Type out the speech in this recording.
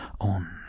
on